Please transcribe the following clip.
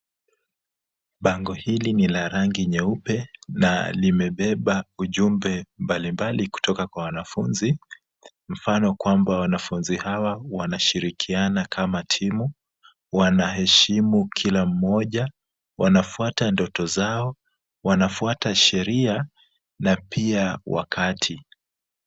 Bango hili ni la rangi nyeupe na limebeba ujumbe mbalimbali kutoka kwa wanafunzi, mfano kwamba wanafunzi hawa wanashirikiana kama timu, wanaheshimu kila mmoja, wanafuata ndoto zao, wanafuata sheria na pia wakati.